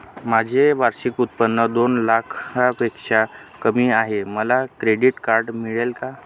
माझे वार्षिक उत्त्पन्न दोन लाखांपेक्षा कमी आहे, मला क्रेडिट कार्ड मिळेल का?